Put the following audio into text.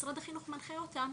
משרד החינוך מנחה אותם